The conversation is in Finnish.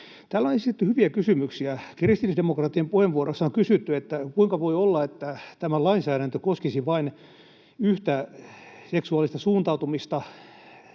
Täällä on esitetty hyviä kysymyksiä: kristillisdemokraattien puheenvuoroissa on kysytty, kuinka voi olla, että tämä lainsäädäntö koskisi vain yhtä seksuaalista suuntautumista,